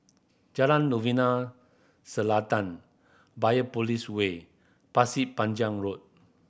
Jalan Novena Selatan Biopolis Way Pasir Panjang Road